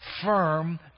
Firm